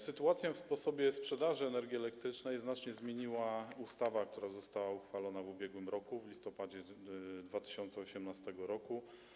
Sytuację w sposobie sprzedaży energii elektrycznej znacznie zmieniła ustawa uchwalona w ubiegłym roku - w listopadzie 2018 r.